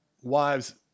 Wives